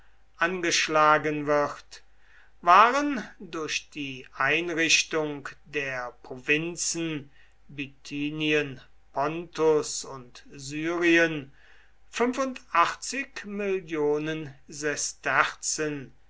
angeschlagen wird waren durch die einrichtung der provinzen bithynien pontus und syrien